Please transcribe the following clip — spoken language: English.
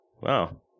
Wow